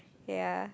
ya